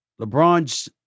LeBron's